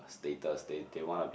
status they they wanna be